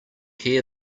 hear